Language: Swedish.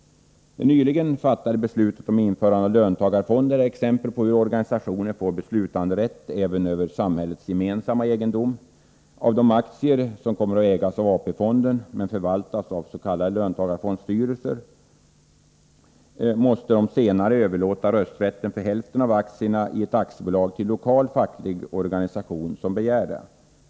Det nyligen fattade beslutet om införande av löntagarfonder är exempel på hur organisationer får beslutanderätt även över samhällets gemensamma egendom. Av de aktier som kommer att ägas av AP-fonden men förvaltas av s.k. löntagarfondsstyrelser måste de senare överlåta rösträtten för hälften av aktierna i ett aktiebolag till lokal facklig organisation som begär det.